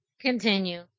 Continue